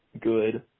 good